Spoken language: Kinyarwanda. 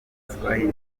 igiswahili